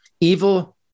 Evil